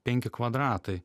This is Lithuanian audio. penki kvadratai